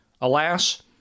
Alas